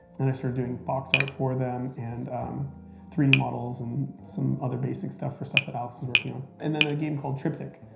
and i started doing box art for them, and three d models, and some other basic stuff for stuff that alex was working on. and then a game called triptych,